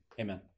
amen